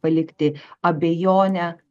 palikti abejonę